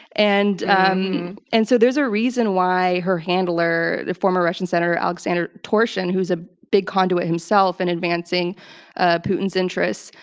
and um and so, there's a reason why her handler, the former russian senator aleksandr torshin, who's a big conduit himself in and advancing ah putin's interests,